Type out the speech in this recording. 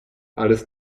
alles